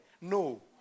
No